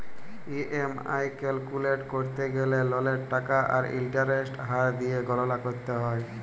EMI calculate ক্যরতে গ্যালে ললের টাকা আর ইলটারেস্টের হার দিঁয়ে গললা ক্যরতে হ্যয়